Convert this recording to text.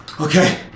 Okay